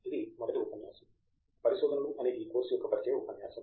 ఇది మొదటి ఉపన్యాసము పరిశోధనలు అనే ఈ కోర్సు యొక్క పరిచయ ఉపన్యాసము